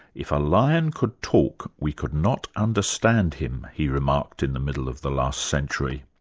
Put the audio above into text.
if a lion could talk, we could not understand him', he remarked in the middle of the last century.